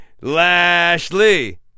Lashley